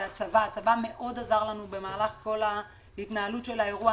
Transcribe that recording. הצבא עזר לנו מאוד במהלך כל ההתנהלות של האירוע.